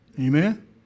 Amen